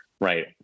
Right